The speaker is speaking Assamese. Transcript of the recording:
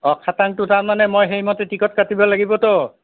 অ' খাটাংতো তাৰমানে মই সেইমতে টিকট কাটিব লাগিবতো